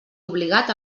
obligat